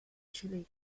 chili